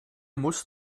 muss